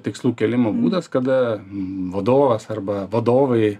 tikslų kėlimo būdas kada vadovas arba vadovai